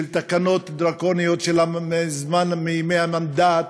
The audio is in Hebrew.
של תקנות דרקוניות מימי המנדט,